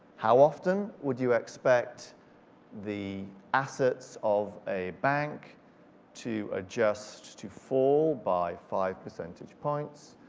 how often would you expect the assets of a bank to adjust to fall by five percentage points?